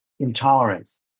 Intolerance